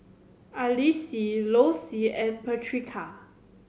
Alysa Lossie and Patrica